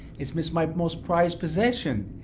it's my most prized possession.